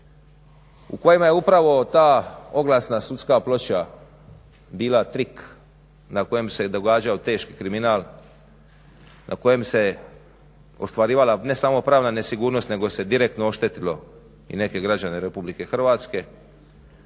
u kojima je upravo ta oglasna sudska ploča bila trik na kojem se događao teški kriminal, na kojem se ostvarivala ne samo pravna nesigurnost nego se direktno oštetilo i neke građane Republike Hrvatske